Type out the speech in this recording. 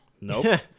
Nope